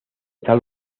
tal